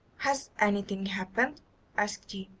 has anything happened asked he.